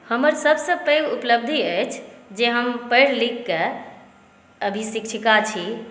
हमर सभसे पैघ उपलब्धि अछि जे हम पढि लिखक अभी शिक्षिका छी